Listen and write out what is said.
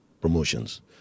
promotions